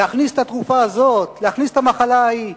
להכניס את התרופה הזאת, להכניס את המחלה ההיא.